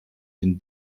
den